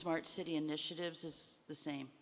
smart city initiatives is the same